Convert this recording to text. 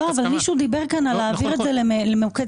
מישהו דיבר כאן על להעביר את זה למסלקה.